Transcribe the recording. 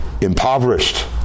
impoverished